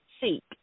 seek